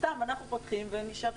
נראה לי שהם רוקדים משמחה אבל נחכה.